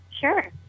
Sure